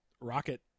Rocket